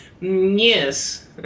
Yes